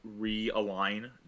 realign